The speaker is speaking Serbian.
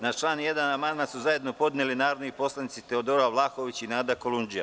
Na član 1. amandman su zajedno podneli narodni poslanici Teodora Vlahović i Nada Kolundžija.